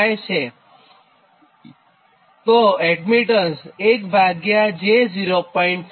તો એડમીટન્સ 1 ભાગ્યા j0